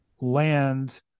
land